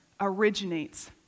originates